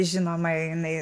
žinoma jinai